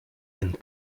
and